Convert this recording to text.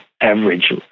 average